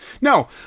No